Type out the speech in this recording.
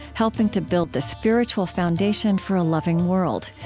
helping to build the spiritual foundation for a loving world.